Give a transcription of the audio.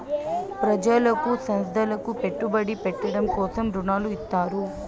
ప్రజలకు సంస్థలకు పెట్టుబడి పెట్టడం కోసం రుణాలు ఇత్తారు